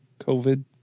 COVID